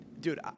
Dude